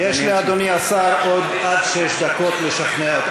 יש לאדוני השר עוד עד שש דקות לשכנע,